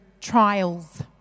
trials